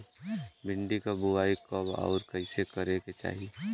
भिंडी क बुआई कब अउर कइसे करे के चाही?